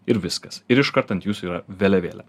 ir viskas ir iškart ant jūsų yra vėliavėlė